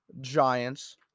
Giants